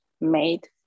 made